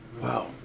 Wow